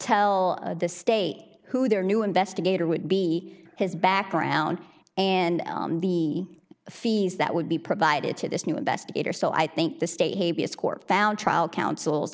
tell the state who their new investigator would be his background and the fees that would be provided to this new investigator so i think the status court found trial counsel